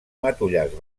matollars